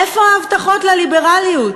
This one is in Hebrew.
איפה ההבטחות לליברליוּת,